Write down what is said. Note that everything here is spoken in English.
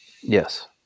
Yes